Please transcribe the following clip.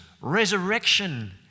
resurrection